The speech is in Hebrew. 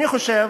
אני חושב,